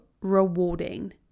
rewarding